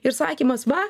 ir sakymas va